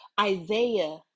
Isaiah